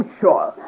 sure